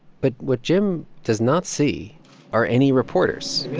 but what jim does not see are any reporters yeah